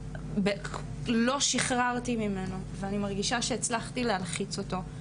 לא שחררתי ממנו ואני מרגישה שהצלחתי להלחיץ אותו,